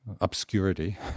obscurity